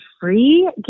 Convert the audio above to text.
free